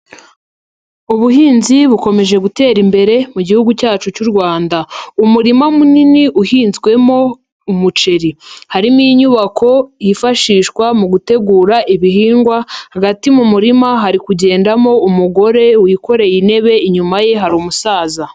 Ubuhinzi bukomeje gutera imbere mu gihugu cyacu cy'u Rwanda. Umurima munini uhinzwemo umuceri. Harimo inyubako yifashishwa mu gutegura ibihingwa, hagati mu murima hari kugendamo umugore wikoreye intebe, inyuma ye hari umusaza.